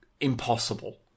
impossible